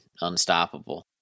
unstoppable